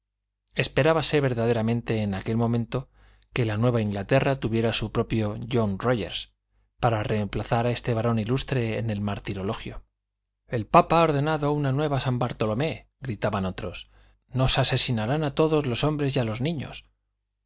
martirio esperábase verdaderamente en aquel momento que la nueva inglaterra tuviera su propio john rogers para reemplazar a este varón ilustre en el martirologio el papa ha ordenado una nueva san bartolomé gritaban otros nos asesinarán a todos a los hombres y a los niños